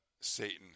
Satan